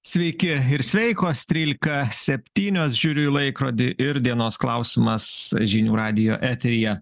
sveiki ir sveikos trylika septynios žiūriu į laikrodį ir dienos klausimas žinių radijo eteryje